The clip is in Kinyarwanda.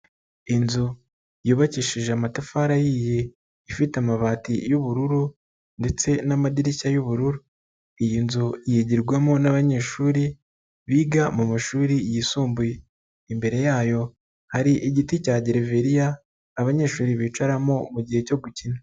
Inzu yubakishije amatafari ahiye, ifite amabati y'ubururu ndetse namadirishya y'ubururu, iyi nzu yigirwamo n'abanyeshuri, biga mu mashuri yisumbuye, imbere yayo hari igiti cya gereveriya abanyeshuri bicaramo mugihe cyo gukina.